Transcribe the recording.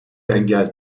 engel